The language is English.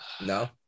No